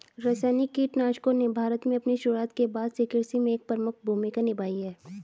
रासायनिक कीटनाशकों ने भारत में अपनी शुरुआत के बाद से कृषि में एक प्रमुख भूमिका निभाई है